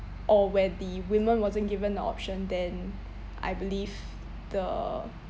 or where the women wasn't given the option then I believe the